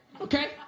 Okay